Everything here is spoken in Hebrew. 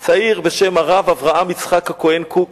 צעיר בשם הרב אברהם יצחק הכהן קוק,